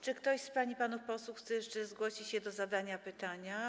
Czy ktoś z pań i panów posłów chce jeszcze zgłosić się do zadania pytania?